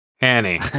Annie